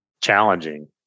challenging